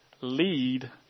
lead